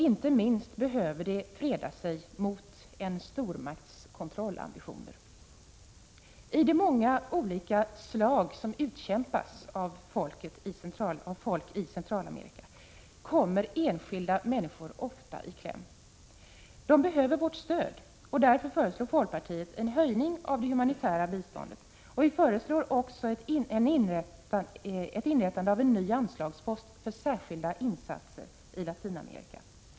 Inte minst behöver de freda sig mot en stormakts kontrollambitioner. I de många olika slag som utkämpas av folk i Centralamerika kommer enskilda människor ofta i kläm. De behöver vårt stöd, och därför föreslår folkpartiet en höjning av det humanitära biståndet och inrättandet av en ny anslagspost för särskilda insatser i Latinamerika.